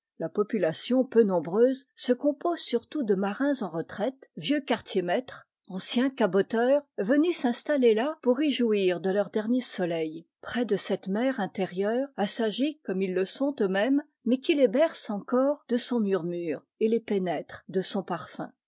la population peu nombreuse se compose surtout de marins en retraite vieux quartiers maîtres anciens caboteurs venus s'installer là pour v jouir de leurs derniers soleils près de cette mer intérieure assagie comme ils le sont eux-mêmes mais qui les berce encore de son murmure et les pénètre de son parfum